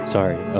Sorry